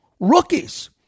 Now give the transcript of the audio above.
Rookies